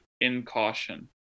incaution